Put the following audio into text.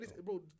bro